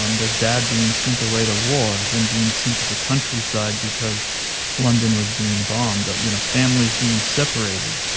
um their dad being sent away to war, them being sent to the countryside because london was being bombed, you know, families being separated.